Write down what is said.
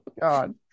God